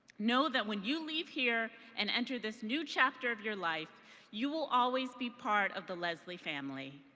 know that when you leave here and enter this new chapter of your life you will always be part of the lesley family.